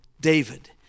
David